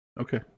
Okay